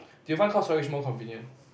do you find cloud storage is more convenient